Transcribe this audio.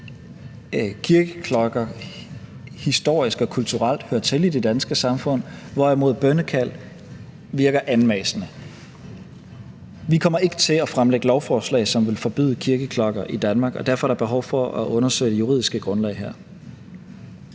at kirkeklokker historisk og kulturelt hører til i det danske samfund, hvorimod bønnekald virker anmassende. Vi kommer ikke til at fremlægge lovforslag, som vil forbyde kirkeklokker i Danmark, og derfor er der her behov for at undersøge det juridiske grundlag.